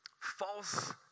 False